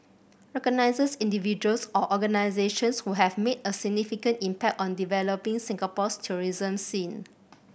recognises individuals or organisations who have made a significant impact on developing Singapore's tourism scene